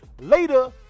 Later